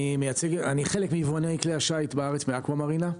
אני חלק מיבואני כלי השיט בארץ, מאקווה מרינה.